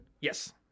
Yes